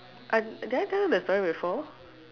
I did I tell you the story before